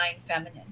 feminine